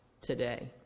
today